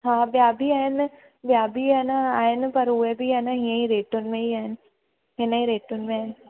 हा ॿिया बि आहिनि ॿिया बि आहिनि आहिनि पर उहे बि आहे न इअं ई रेट में ई आहिनि